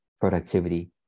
Productivity